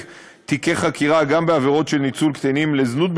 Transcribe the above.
תיקי חקירה גם בעבירות של ניצול קטינים לזנות,